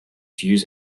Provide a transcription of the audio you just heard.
use